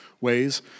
ways